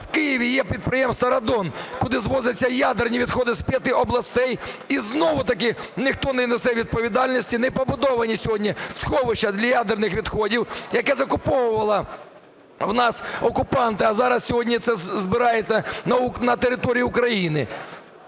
в Києві є підприємство "Радон", куди звозяться ядерні відходи з п'яти областей - і знову-таки ніхто не несе відповідальності, не побудовані сьогодні сховища для ядерних відходів, які закуповували у нас окупанти, а зараз сьогодні це збирається на території України.